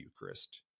Eucharist